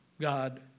God